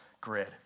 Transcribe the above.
grid